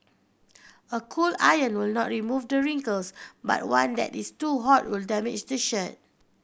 a cool iron will not remove the wrinkles but one that is too hot will damage the shirt